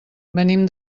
venim